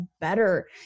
better